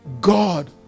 God